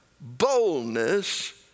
boldness